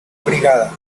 brigada